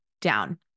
down